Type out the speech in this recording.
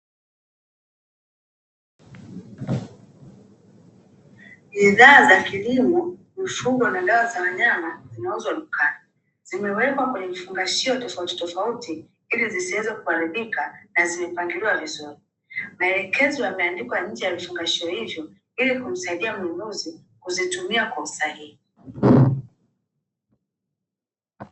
Bidhaa za kilimo mifugo na dawa za wanyama zinauzwa dukani zimewekwa kwenye vifungashio tofauti tofauti, ili zisiweze kuharibika na zimepangiliwa vizuri maelekezo yameandikwa nje ya vifungashio hivyo ili kumsaidia mnunuzi kuzitumia kwa usahihi.